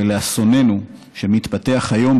ולאסוננו שמתפתח היום,